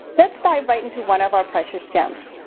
let's dive right into one of our precious gems.